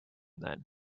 then